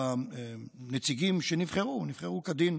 של הנציגים שנבחרו כדין.